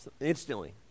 Instantly